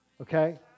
Okay